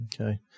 Okay